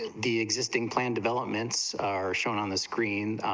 the existing plan developments are shown on the screen,